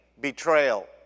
betrayal